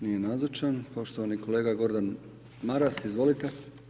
Nije nazočan, poštovani kolega Gordan Maras, izvolite.